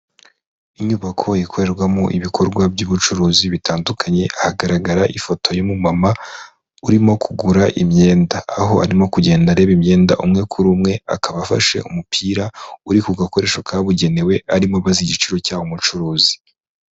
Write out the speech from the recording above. Inyubako ikorerwamo ibikorwa by'ubucuruzi bitandukanye, hagaragara ifoto y'umumama urimo kugura imyenda, aho arimo kugenda areba imyenda umwe kuri umwe, akaba afashe umupira uri ku gakoresho kabugenewe, arimo abaza igiciro cyawo umucuruzi.